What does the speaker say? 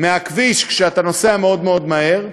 מהכביש כשאתה נוסע מאוד מאוד מהר,